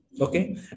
okay